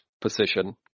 position